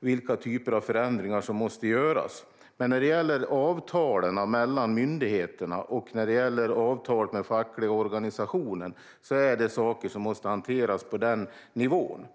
vilken typ av förändringar som måste göras. Men avtalen mellan myndigheterna och avtalet med den fackliga organisationen är saker som måste hanteras på den nivån.